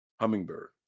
Hummingbird